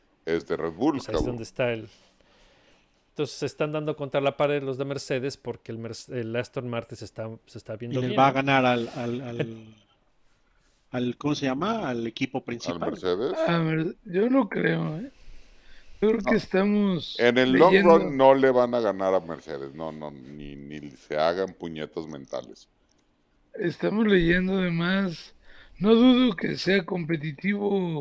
es de Red Bull, Pues ahí es cabrón. donde está el- Entonces, se están dando contra la pared los de Mercedes, porque el Merce- el Aston Martin se está- se está viendo Y le va bien. a ganar al- al- al- al, ¿cómo se llama? al equipo ¿Al principal. Mercedes? A ver, yo no creo, ¿eh? Yo creo que No. estamos En el long leyendo- run, no le van a ganar a Mercedes. No, no, ni- ni se hagan puñetos mentales. Estamos leyendo de más. No dudo que sea competitivo